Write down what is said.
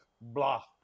Blah